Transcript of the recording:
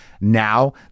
now